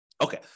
Okay